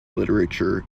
literature